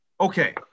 Okay